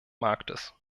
marktes